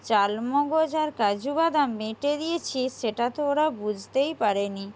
চালমগজ আর কাজু বাদাম বেটে দিয়েছি সেটা তো ওরা বুঝতেই পারেনি